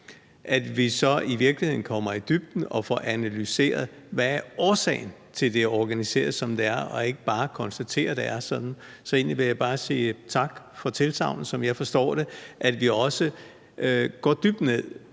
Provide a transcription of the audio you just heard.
forfra, i virkeligheden kommer i dybden og får analyseret, hvad årsagen er til, at det er organiseret, som det er, og ikke bare konstaterer, at det er sådan. Så jeg vil egentlig bare sige tak for tilsagnet, som jeg forstår det, om, at vi også går i dybden